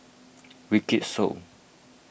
Wykidd Song